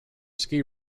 ski